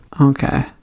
Okay